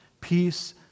peace